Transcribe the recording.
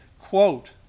quote